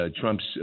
Trump's